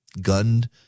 gunned